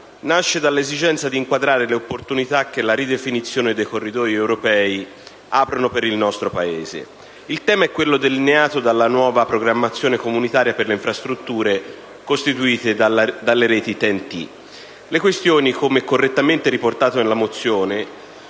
nasce dall'esigenza di inquadrare le opportunità che la ridefinizione dei corridoi europei apre per il nostro Paese. Il tema è quello delineato dalla nuova programmazione comunitaria per le infrastrutture costituita dalle reti TEN-T. Le questioni, come correttamente riportato nella mozione,